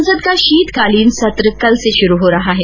संसद का शीतकालीन सत्र कल से शुरू हो रहा है